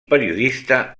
periodista